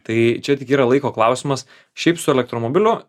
tai čia yra laiko klausimas šiaip su elektromobiliu